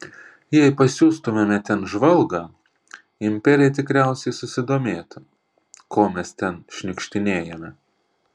jei pasiųstumėme ten žvalgą imperija tikriausiai susidomėtų ko mes ten šniukštinėjame